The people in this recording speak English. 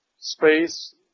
Space